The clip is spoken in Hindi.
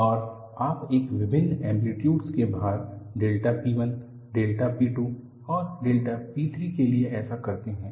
और आप यह विभिन्न ऐम्प्लिटियूडस के भार डेल्टा P1 डेल्टा P2 और डेल्टा P3 के लिए ऐसा करते हैं